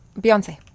Beyonce